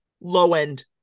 low-end